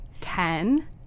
ten